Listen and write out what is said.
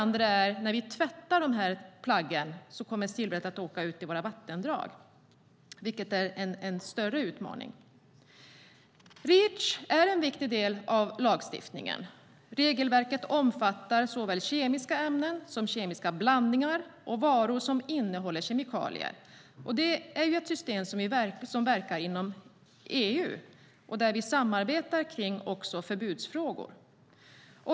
När vi tvättar dessa plagg kommer dessutom silvret att åka ut i våra vattendrag, vilket är en större utmaning. Reach är en viktig del av lagstiftningen. Regelverket omfattar såväl kemiska ämnen som kemiska blandningar och varor som innehåller kemikalier. Detta system gäller inom EU, och här samarbetar vi också i förbudsfrågor.